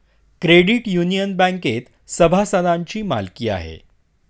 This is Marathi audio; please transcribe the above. क्रेडिट युनियन बँकेत सभासदांची मालकी आहे